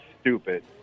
stupid